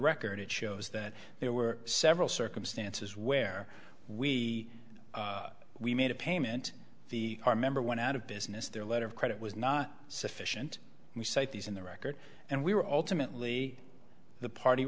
record it shows that there were several circumstances where we we made a payment the our member went out of business their letter of credit was not sufficient we cite these in the record and we were ultimately the party